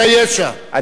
איך אתה יכול לומר שאתה,